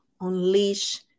unleash